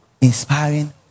inspiring